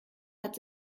hat